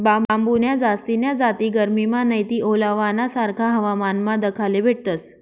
बांबून्या जास्तीन्या जाती गरमीमा नैते ओलावाना सारखा हवामानमा दखाले भेटतस